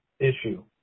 Issue